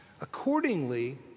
Accordingly